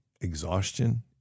exhaustion